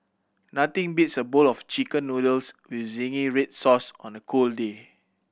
nothing beats a bowl of Chicken Noodles with zingy red sauce on a cold day